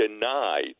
denied